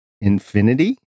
infinity